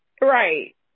Right